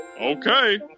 Okay